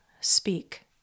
speak